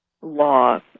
law